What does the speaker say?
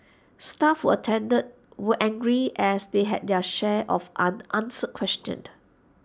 staff who attended were angry as they had their share of unanswered questions